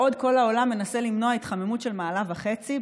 בעוד כל העולם מנסה למנוע התחממות של מעלה וחצי,